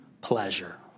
pleasure